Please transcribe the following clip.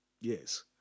yes